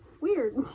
weird